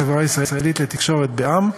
החברה הישראלית לתקשורת בע"מ),